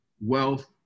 wealth